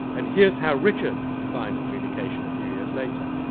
and here's how richard defines communication a few years later.